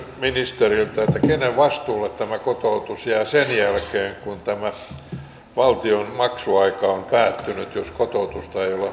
kysyn ministeriltä kenen vastuulle tämä kotoutus jää sen jälkeen kun tämä valtion maksuaika on päättynyt jos kotoutusta ei ole onnistuttu tekemään